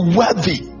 worthy